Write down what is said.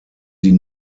die